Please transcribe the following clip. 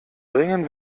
bringen